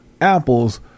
apples